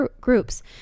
groups